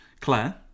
Claire